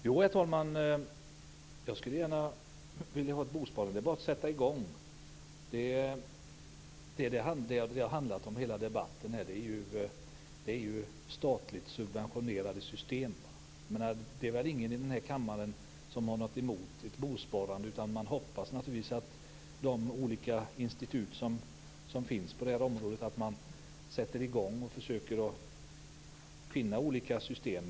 Herr talman! Jag skulle gärna vilja ha ett bosparande. Det är bara att sätta i gång. Vad hela debatten har handlat om är statligt subventionerade system. Det är väl ingen i denna kammare som har något emot ett bosparande, utan man hoppas naturligtvis att de olika institut som finns på området sätter i gång och försöker finna olika system.